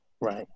Right